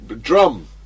drum